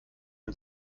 wir